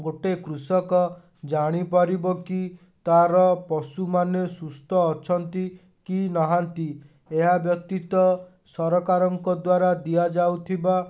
ଗୋଟେ କୃଷକ ଜାଣିପାରିବ କି ତା'ର ପଶୁମାନେ ସୁସ୍ଥ ଅଛନ୍ତି କି ନାହାନ୍ତି ଏହା ବ୍ୟତୀତ ସରକାରଙ୍କ ଦ୍ୱାରା ଦିଆଯାଉଥିବା